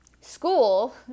School